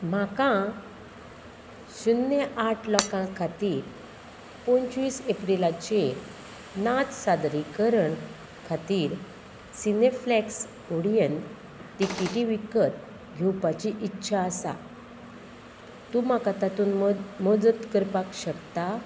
म्हाका शुन्य आठ लोकां खातीर पंचवीस एप्रिलाचेर नाच सादरीकरण खातीर सिनेप्लेक्स ओडियन तिकीटी विकत घेवपाची इच्छा आसा तूं म्हाका तातूंत मद मजत करपाक शकता